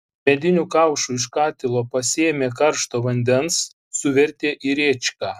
mediniu kaušu iš katilo pasėmė karšto vandens suvertė į rėčką